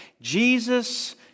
Jesus